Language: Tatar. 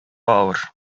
авыр